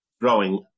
growing